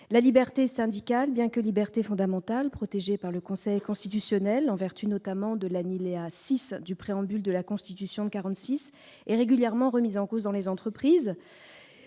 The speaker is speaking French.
la liberté syndicale, bien que libertés fondamentales, protégées par le conseil constitutionnel en vertu notamment de l'annihiler 6 du préambule de la Constitution de 46 est régulièrement remise en cause dans les entreprises,